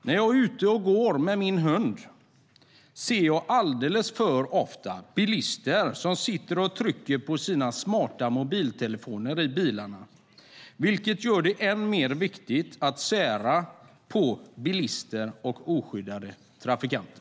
När jag är ute och går med min hund ser jag alldeles för ofta bilister som sitter i bilarna och trycker på sina smarta mobiltelefoner. Det gör det än mer viktigt att sära på bilister och oskyddade trafikanter.